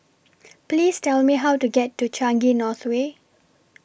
Please Tell Me How to get to Changi North Way